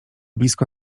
blisko